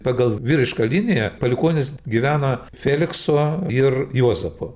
pagal vyrišką liniją palikuonys gyvena felikso ir juozapo